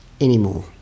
anymore